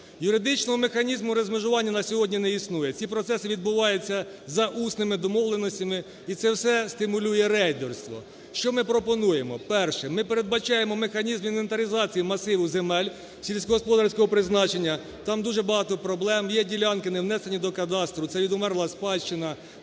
Юридичного механізму розмежування на сьогодні не існує, ці процеси відбуваються за усними домовленостями і це все стимулює рейдерство. Що ми пропонуємо? Перше. Ми передбачаємо механізм інвентаризації масиву земель сільськогосподарського призначення, там дуже багато проблем, є ділянки не внесені до кадастру, це відумерла спадщина,